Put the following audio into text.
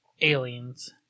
aliens